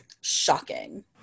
shocking